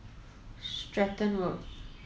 Stratton Road